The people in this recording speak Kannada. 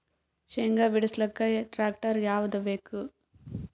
ಶೇಂಗಾ ಬಿಡಸಲಕ್ಕ ಟ್ಟ್ರ್ಯಾಕ್ಟರ್ ಯಾವದ ಬೇಕು?